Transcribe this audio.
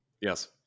Yes